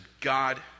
God